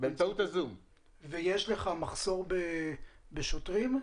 יש לך מחסור בשוטרים?